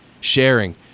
Sharing